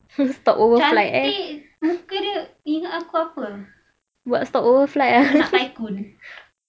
cantik you kira ingat aku apa anak tycoon